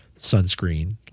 Sunscreen